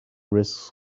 risks